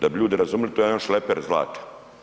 Da bi ljudi razumjeli, to je jedan šleper zlata.